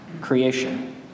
creation